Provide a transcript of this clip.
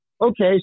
okay